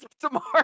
Tomorrow